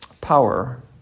power